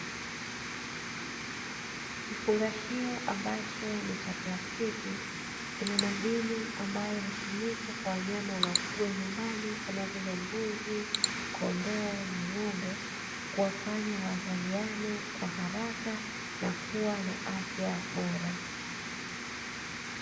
Kifungashio ambacho ni cha plastiki, kina madini ambayo hutumika kwa wanyama wanaofugwa nyumbani, kama vile mbuzi, kondoo na ng'ombe, kuwafanya wazaliane kwa haraka na kuwa na afya bora.